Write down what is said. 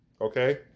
Okay